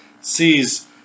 sees